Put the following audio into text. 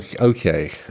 Okay